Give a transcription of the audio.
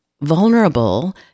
vulnerable